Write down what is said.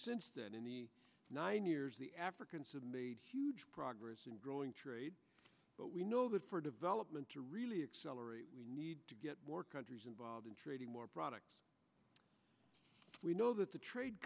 since then in the nine years africans have made huge progress in growing trade but we know that for development to really accelerate we need to get more countries involved in trading more products we know that the trade